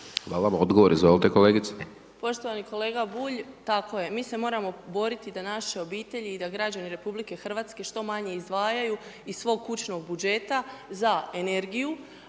**Čikotić, Sonja (Nezavisni)** Poštovani kolega Bulj, tako je. Mi se moramo boriti da naše obitelji i da građani RH što manje izdvajaju iz svog kućnog budžeta za energiju,